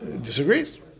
Disagrees